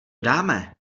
dáme